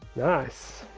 nice